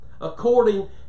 according